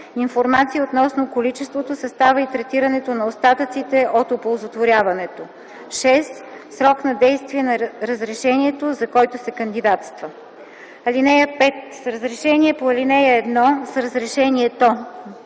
информация относно количеството, състава и третирането на остатъците от оползотворяването; 6. срок на действие на разрешението, за който се кандидатства. (5) С разрешението по ал. 1 министърът